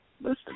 Listen